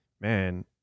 man